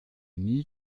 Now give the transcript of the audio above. nie